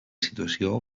situació